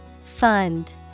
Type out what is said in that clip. Fund